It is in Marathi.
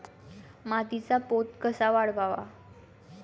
मातीचा पोत कसा वाढवावा?